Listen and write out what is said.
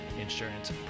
insurance